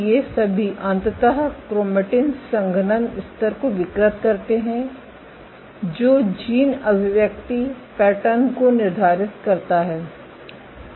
ये सभी अंततः क्रोमैटिन संघनन स्तर को विकृत करते हैं जो जीन अभिव्यक्ति पैटर्न को निर्धारित करता है